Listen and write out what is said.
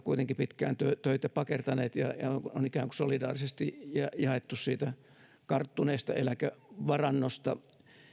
kuitenkin pitkään töitä pakertaneet on ikään kuin solidaarisesti jaettu siitä karttuneesta eläkevarannosta